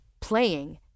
playing